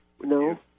No